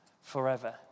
forever